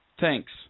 Thanks